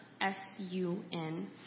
S-U-N